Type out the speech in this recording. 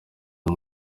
uwo